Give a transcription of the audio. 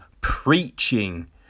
preaching